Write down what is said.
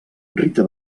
rita